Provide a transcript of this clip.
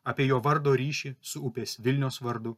apie jo vardo ryšį su upės vilnios vardu